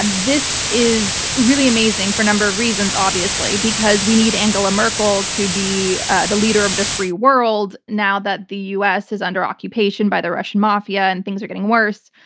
and this is really amazing for a number of reasons, obviously, because we need angela merkel to be ah the leader of the free world now that the u. s. is under occupation by the russian mafia and things are getting worse.